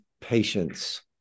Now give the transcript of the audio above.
patience